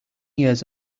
years